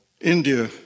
India